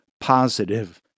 positive